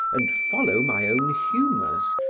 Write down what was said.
and follow my own humours,